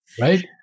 right